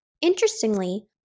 Interestingly